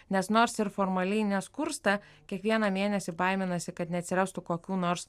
nes nors ir formaliai neskursta kiekvieną mėnesį baiminasi kad neatsirastų kokių nors